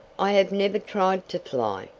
i have never tried to fly,